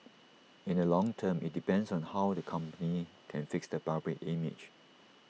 in the long term IT depends on how the company can fix their public image